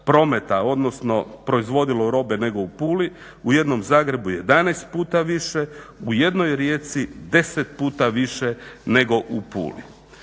odnosno proizvodilo robe nego u Puli, u jednom Zagrebu 11 puta više, u jednoj Rijeci 10 puta više nego u Puli.